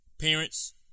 parents